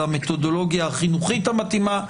על המתודולוגיה החינוכית המתאימה,